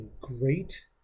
great